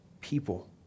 people